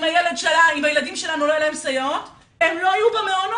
אם לילדים שלנו לא יהיו סייעות הם לא יהיו במעונות,